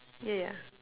yeah